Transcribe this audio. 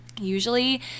usually